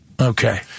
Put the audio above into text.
okay